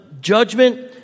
judgment